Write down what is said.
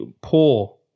poor